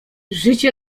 życie